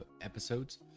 episodes